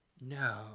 No